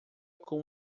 com